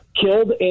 killed